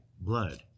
blood